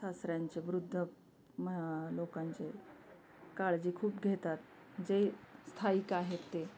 सासऱ्यांचे वृद्ध म लोकांचे काळजी खूप घेतात जे स्थायिक आहेत ते